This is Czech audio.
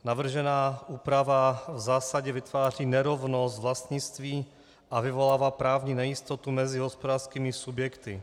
Navržená úprava v zásadě vytváří nerovnost vlastnictví a vyvolává právní nejistotu mezi hospodářskými subjekty.